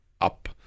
up